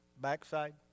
backside